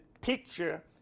picture